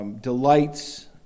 Delights